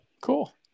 Cool